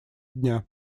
дня